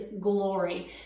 glory